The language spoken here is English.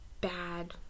bad